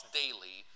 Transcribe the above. daily